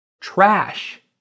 trash